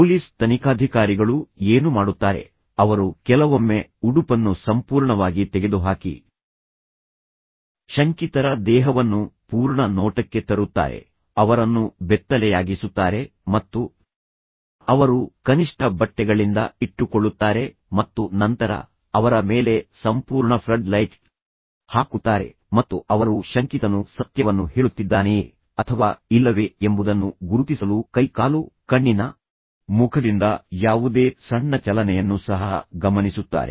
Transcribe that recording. police ತನಿಖಾಧಿಕಾರಿಗಳು ಏನು ಮಾಡುತ್ತಾರೆ ಅವರು ಕೆಲವೊಮ್ಮೆ ಉಡುಪನ್ನು ಸಂಪೂರ್ಣವಾಗಿ ತೆಗೆದುಹಾಕಿ ಶಂಕಿತರ ದೇಹವನ್ನು ಪೂರ್ಣ ನೋಟಕ್ಕೆ ತರುತ್ತಾರೆ ಅವರನ್ನು ಬೆತ್ತಲೆಯಾಗಿಸುತ್ತಾರೆ ಮತ್ತು ಅವರು ಕನಿಷ್ಠ ಬಟ್ಟೆಗಳಿಂದ ಇಟ್ಟುಕೊಳ್ಳುತ್ತಾರೆ ಮತ್ತು ನಂತರ ಅವರ ಮೇಲೆ ಸಂಪೂರ್ಣ ಫ್ಲಡ್ ಲೈಟ್ ಹಾಕುತ್ತಾರೆ ಮತ್ತು ಅವರು ಶಂಕಿತನು ಸತ್ಯವನ್ನು ಹೇಳುತ್ತಿದ್ದಾನೆಯೇ ಅಥವಾ ಇಲ್ಲವೇ ಎಂಬುದನ್ನು ಗುರುತಿಸಲು ಕೈ ಕಾಲು ಕಣ್ಣಿನ ಮುಖದಿಂದ ಯಾವುದೇ ಸಣ್ಣ ಚಲನೆಯನ್ನು ಸಹ ಗಮನಿಸುತ್ತಾರೆ